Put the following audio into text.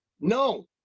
No